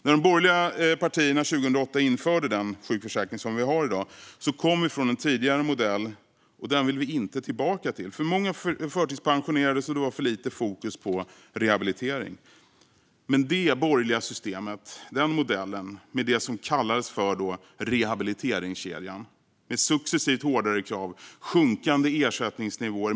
När de borgerliga partierna 2008 införde den sjukförsäkring vi har i dag kom vi från en tidigare modell, och den vill vi inte tillbaka till. Alltför många förtidspensionerades, och det var för lite fokus på rehabilitering. Det borgerliga systemet, den modell som kallades för rehabiliteringskedjan, innebar successivt hårdare krav och sjunkande ersättningsnivåer.